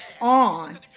on